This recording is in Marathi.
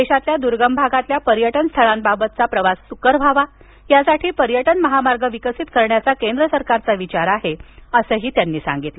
देशातल्या दुर्गम भागातल्या पर्यटन स्थळांपर्यंतचा प्रवास सुलभ व्हावा यासाठी पर्यटन महामार्ग विकसित करण्याचा केंद्र सरकारचा विचार आहे असंही त्यांनी सांगितलं